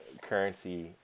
currency